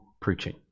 preaching